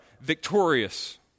victorious